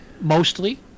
mostly